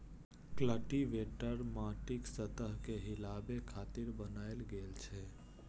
cultivator माटिक सतह कें हिलाबै खातिर बनाएल गेल छै